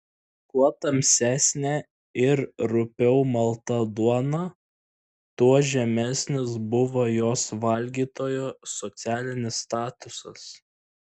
kuo tamsesnė ir rupiau malta duona tuo žemesnis buvo jos valgytojo socialinis statusas